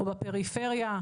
או בפריפריה,